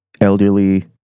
elderly